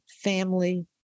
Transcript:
family